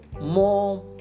more